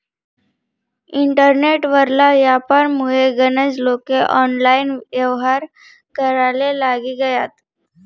internet वरला यापारमुये गनज लोके ऑनलाईन येव्हार कराले लागी गयात